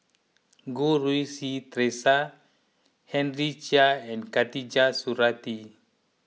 Goh Rui Si theresa Henry Chia and Khatijah Surattee